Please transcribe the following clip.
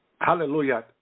Hallelujah